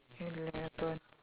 eleven